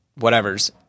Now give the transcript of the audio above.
whatevers